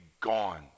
gone